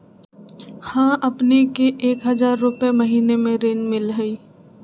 हां अपने के एक हजार रु महीने में ऋण मिलहई?